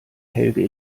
helge